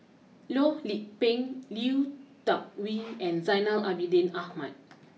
Loh Lik Peng Lui Tuck Yew and Zainal Abidin Ahmad